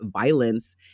violence